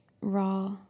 Raw